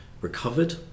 recovered